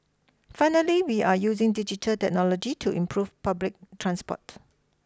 finally we are using digital technology to improve public transport